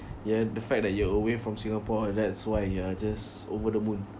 ya the fact that you are away from Singapore that's why you are just over the moon